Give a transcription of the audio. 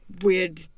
weird